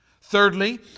Thirdly